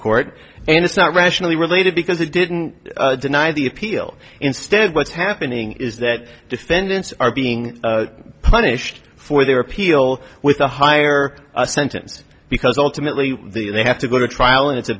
court and it's not rationally related because it didn't deny the appeal instead what's happening is that defendants are being punished for their appeal with a higher sentence because ultimately they have to go to trial and it's a